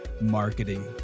marketing